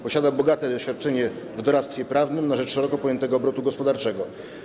Posiada bogate doświadczenie w doradztwie prawnym na rzecz szeroko pojętego obrotu gospodarczego.